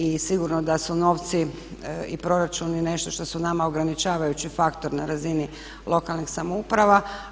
I sigurno da su novci i proračuni nešto što su nama ograničavajući faktor na razini lokalnih samouprava.